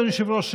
אדוני היושב-ראש,